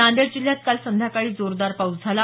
नांदेड जिल्ह्यात काल संध्याकाळी जोरदार पाऊस झाला